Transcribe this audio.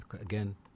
Again